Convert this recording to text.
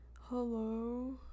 hello